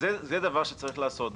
אז זה דבר שצריך לעשות.